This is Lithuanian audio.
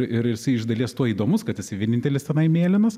ir jisai iš dalies tuo įdomus kad jisai vienintelis tenai mėlynas